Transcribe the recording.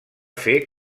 fer